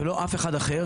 ולא אף אחד אחר